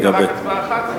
עשית רק הצבעה אחת?